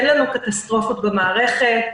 אין לנו קטסטרופות במערכת.